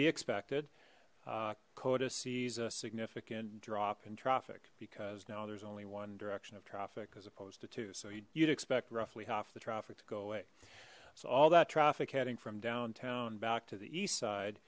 be expected cota sees a significant drop in traffic because now there's only one direction of traffic as opposed to two so you'd expect roughly half the traffic to go away so all that traffic heading from downtown back to the east side